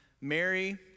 Mary